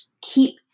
keep